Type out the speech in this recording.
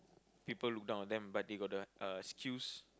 people look down on them but they got the uh skills